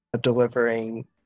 delivering